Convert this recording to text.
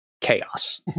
chaos